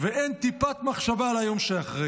אין מענה לאזרחים ואין טיפת מחשבה על היום שאחרי.